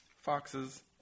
foxes